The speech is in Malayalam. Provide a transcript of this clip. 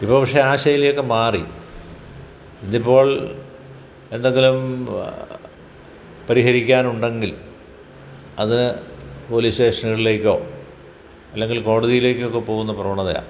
ഇപ്പോൾ പക്ഷേ ആ ശൈലിയൊക്കെ മാറി ഇത് ഇപ്പോൾ എന്തെങ്കിലും പരിഹരിക്കാൻ ഉണ്ടെങ്കിൽ അത് പോലീസ് സ്റ്റേഷനുകളിലേക്കോ അല്ലെങ്കിൽ കോടതിയിലേക്കോ ഒക്കെ പോവുന്ന പ്രവണതയാണ്